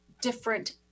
different